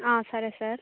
సరే సార్